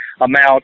amount